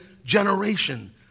generation